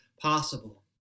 possible